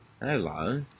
Hello